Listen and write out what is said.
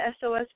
SOS